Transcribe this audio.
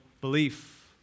belief